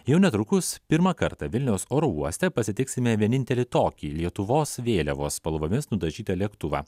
jau netrukus pirmą kartą vilniaus oro uoste pasitiksime vienintelį tokį lietuvos vėliavos spalvomis nudažytą lėktuvą